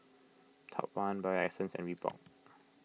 Top one Bio Essence and Reebok